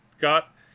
got